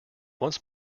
once